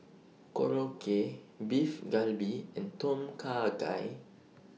Korokke Beef Galbi and Tom Kha Gai